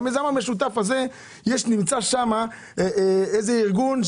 נמצא שם ארגון.